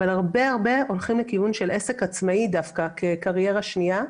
אבל הרבה הרבה הולכים דווקא לכיוון של עסק עצמאי כקריירה שנייה.